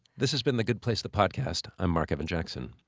this has been the good place the podcast. i'm marc evan jackson.